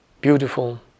beautiful